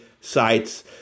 sites